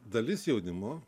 dalis jaunimo